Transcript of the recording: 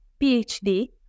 PhD